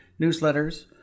newsletters